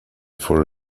for